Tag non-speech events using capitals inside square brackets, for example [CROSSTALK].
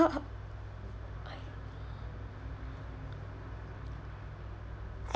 [LAUGHS] I